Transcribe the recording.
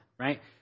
Right